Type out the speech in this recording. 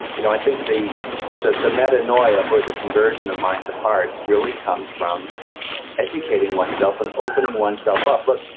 you know, i think they the the metanoia or the conversion of minds and hearts really comes from educating oneself and opening oneself up. look,